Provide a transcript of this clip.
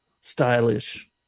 stylish